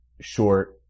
short